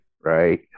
right